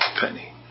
penny